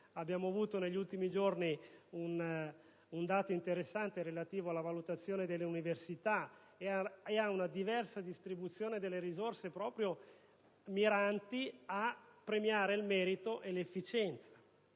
l'efficienza. Negli ultimi giorni è emerso un dato interessante relativo alla valutazione delle università e ad una diversa distribuzione delle risorse, volta proprio a premiare il merito e l'efficienza.